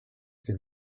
can